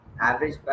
average